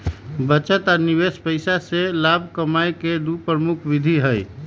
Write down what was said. बचत आ निवेश पैसा से लाभ कमाय केँ दु प्रमुख विधि हइ